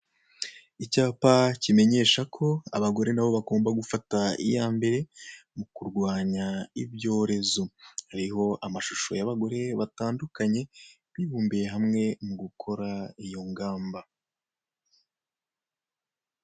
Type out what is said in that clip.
Icyapa kimenyesha ko abagore nabo bagomba gufata iya mbere mu kurwanya ibyorezo, hariho amashusho y'abagore batandukanye, bibumbiye hamwe mu gukora iyo ngamba.